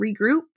regroup